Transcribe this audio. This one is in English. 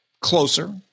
closer